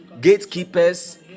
gatekeepers